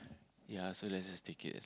ya so let's just take it as